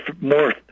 more